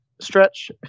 stretch